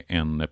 en